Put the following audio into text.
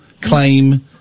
claim